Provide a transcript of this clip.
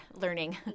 learning